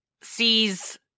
sees